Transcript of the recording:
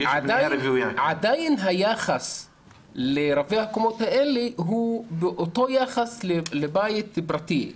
עדיין היחס לרבי הקומות האלה הוא אותו יחס לבית פרטי,